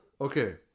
Okay